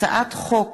הצעת חוק